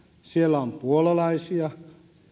siellä on puolalaisia